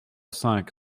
cinq